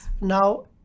Now